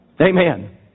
Amen